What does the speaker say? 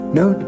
no